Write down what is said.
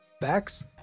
facts